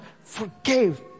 forgave